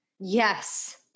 Yes